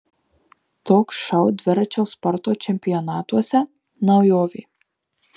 toks šou dviračio sporto čempionatuose naujovė